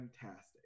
fantastic